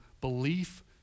belief